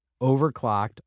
overclocked